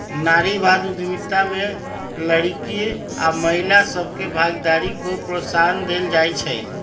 नारीवाद उद्यमिता में लइरकि आऽ महिला सभके भागीदारी को प्रोत्साहन देल जाइ छइ